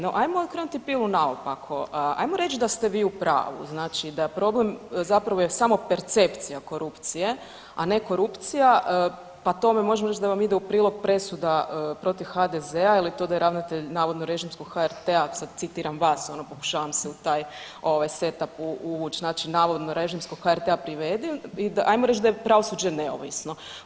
No, ajmo okrenuti pilu naopaku, ajmo reći da ste vi u pravu, znači, da je problem samo percepcija korupcije, a ne korupcija pa tome možemo reći da vam ide u prilog presuda protiv HDZ-a, ili da je ravnatelj navodno režimskog HRT-a, sad citiram vas, ono pokušavam se u taj set up uvuć, znači navodno režimskog HRT-a privede, i ajmo reći da je pravosuđe neovisno.